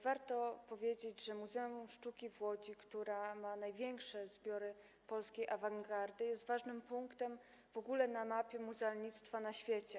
Warto powiedzieć, że Muzeum Sztuki w Łodzi, które ma największe zbiory polskiej awangardy, jest w ogóle ważnym punktem na mapie muzealnictwa na świecie.